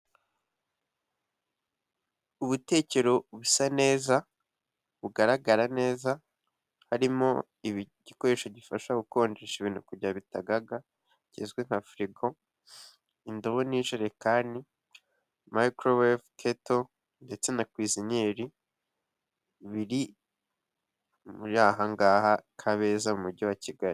Ubutekero busa neza, bugaragara neza, harimo igikoresho gifasha gukonjesha ibintu kugira ngo bitagaga kizwi nka firigo, indobo n'ijerekani, mayikorowevu, keto ndetse na kwiziniyeri, biri aha ngaha Kabeza mu Mujyi wa Kigali.